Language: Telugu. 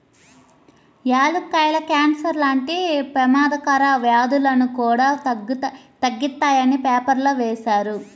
యాలుక్కాయాలు కాన్సర్ లాంటి పెమాదకర వ్యాధులను కూడా తగ్గిత్తాయని పేపర్లో వేశారు